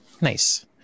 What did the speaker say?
Nice